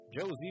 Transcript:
Josie